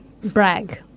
Brag